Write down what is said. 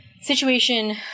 situation